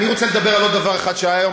אני רוצה לדבר על עוד דבר אחד שהיה היום,